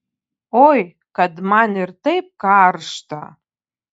oi kad man ir taip karšta